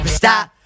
stop